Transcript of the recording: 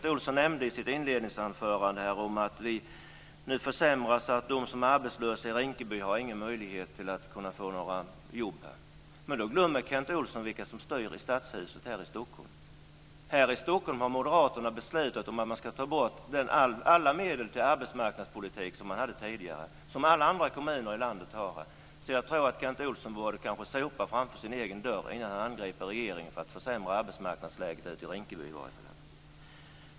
Kent Olsson nämnde i sitt inledningsanförande att det försämras och att de som är arbetslösa i Rinkeby inte har någon möjlighet att få jobb. Då glömmer Kent Olsson vilka som styr i statshuset i Stockholm. Här i Stockholm har moderaterna beslutat om att man ska ta bort alla medel till arbetsmarknadspolitik som man hade tidigare och som alla andra kommuner i landet har. Jag tror att Kent Olsson borde sopa framför sin egen dörr innan han anklagar regeringen för att försämra arbetsmarknadsläget ute i Rinkeby.